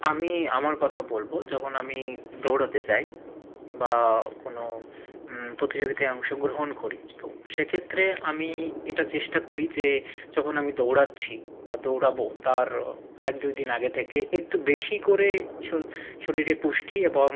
আমি আমার কথা বলবো যখন আমি দৌড়োতে যাই বা কোনো প্রতিযোগিতায় অংশগ্রহণ করি তো সেক্ষেত্রে আমি এটা চেষ্টা করি যে যখন আমি দৌড়াচ্ছি বা দৌড়াবো তার এক দুই দিন আগে থেকে একটু বেশি করে শরীরে পুষ্টি এবং